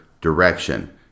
direction